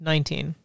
Nineteen